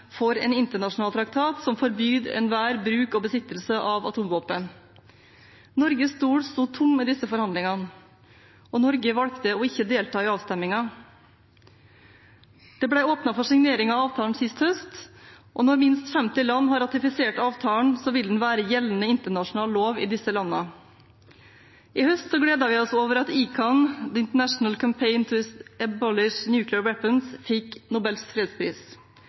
for en internasjonal traktat som forbyr enhver bruk og besittelse av atomvåpen. Norges stol sto tom i disse forhandlingene, og Norge valgte å ikke delta i avstemmingen. Det ble åpnet for signering av avtalen sist høst, og når minst 50 land har ratifisert avtalen, vil den være gjeldende internasjonal lov i disse landene. I høst gledet vi oss over at ICAN, International Campaign to Abolish Nuclear Weapons, fikk Nobels fredspris,